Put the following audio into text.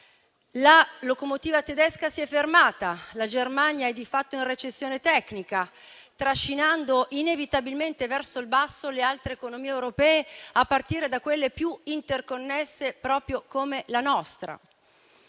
La locomotiva tedesca si è fermata; la Germania è di fatto in recessione tecnica, trascinando inevitabilmente verso il basso le altre economie europee a partire da quelle più interconnesse proprio come la nostra.